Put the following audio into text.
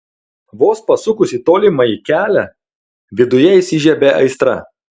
vos pasukus į tolimąjį kelią viduje įsižiebia aistra